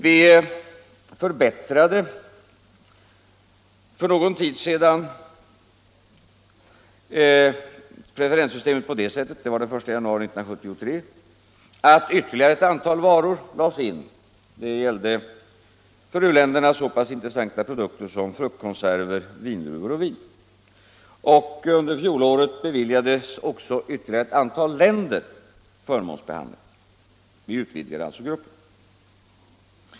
Vi förbättrade för någon tid sedan — det var den 1 januari 1973 — preferenssystemet på det sättet att ytterligare ett antal varor lades in. Det gällde för u-länderna så pass intressanta produkter som fruktkonserver, vindruvor och vin. Under fjolåret beviljades ytterligare ett antal länder förmånsbehandling. Vi utvidgade alltså gruppen.